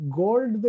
gold